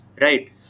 Right